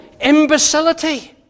imbecility